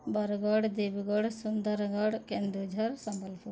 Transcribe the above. Bargarh Deogarh Sundargarh Keonjhar Sambalpur